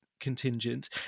Contingent